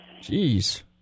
Jeez